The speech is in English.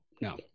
No